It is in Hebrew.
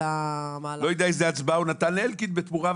אני לא יודע איזה הצבעה הוא נתן לאלקין בתמורה,